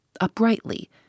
uprightly